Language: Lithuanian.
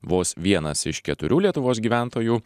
vos vienas iš keturių lietuvos gyventojų